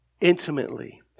intimately